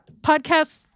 podcasts